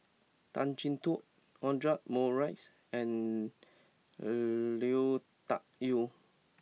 Tan Chin Tuan Audra Morrice and Lui Tuck Yew